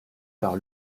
par